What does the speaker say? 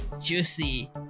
juicy